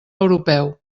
europeu